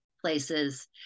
places